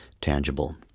tangible